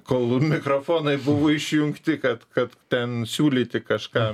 kol mikrafonai buvo išjungti kad kad ten siūlyti kažką